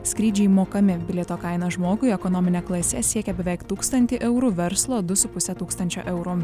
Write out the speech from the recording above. skrydžiai mokami bilieto kaina žmogui ekonomine klase siekia beveik tūkstantį eurų verslo du su puse tūkstančio eurų